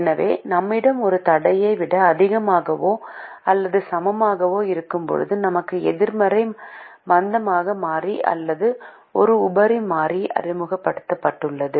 எனவே நம்மிடம் ஒரு தடையை விட அதிகமாகவோ அல்லது சமமாகவோ இருக்கும்போது நமக்கு எதிர்மறை மந்தமான மாறி அல்லது ஒரு உபரி மாறி அறிமுகப்படுத்தப்பட்டுள்ளது